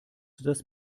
das